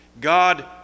God